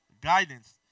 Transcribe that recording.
guidance